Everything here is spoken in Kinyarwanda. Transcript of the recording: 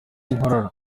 inkorora